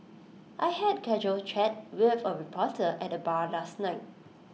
I had casual chat with A reporter at the bar last night